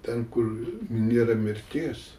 ten kur nėra mirties